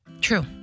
True